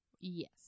Yes